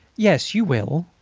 yes, you will.